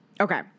okay